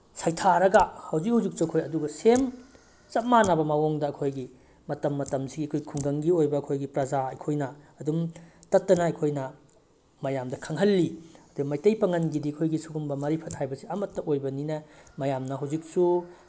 ꯁꯩꯊꯥꯔꯒ ꯍꯧꯖꯤꯛ ꯍꯧꯖꯤꯛꯁꯨ ꯑꯩꯈꯣꯏ ꯑꯗꯨꯒ ꯁꯦꯝ ꯆꯞ ꯃꯥꯟꯅꯕ ꯃꯑꯣꯡꯗ ꯑꯩꯈꯣꯏꯒꯤ ꯃꯇꯝ ꯃꯇꯝꯁꯤꯒꯤ ꯑꯩꯈꯣꯏ ꯈꯨꯡꯒꯪꯒꯤ ꯑꯣꯏꯕ ꯑꯩꯈꯣꯏꯒꯤ ꯄ꯭ꯔꯖꯥ ꯑꯩꯈꯣꯏꯅ ꯑꯗꯨꯝ ꯇꯠꯇꯅ ꯑꯩꯈꯣꯏꯅ ꯃꯌꯥꯝꯗ ꯈꯪꯍꯜꯂꯤ ꯑꯗꯨ ꯃꯩꯇꯩ ꯄꯥꯉꯜꯒꯤꯗꯤ ꯑꯩꯈꯣꯏꯒꯤ ꯁꯤꯒꯨꯝꯕ ꯃꯔꯤꯐꯠ ꯍꯥꯏꯕꯁꯦ ꯑꯃꯠꯇ ꯑꯣꯏꯕꯅꯤꯅ ꯃꯌꯥꯝꯅ ꯍꯧꯖꯤꯛꯁꯨ